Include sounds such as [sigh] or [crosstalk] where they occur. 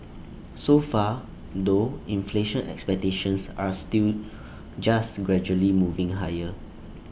so far though inflation expectations are still [noise] just gradually moving higher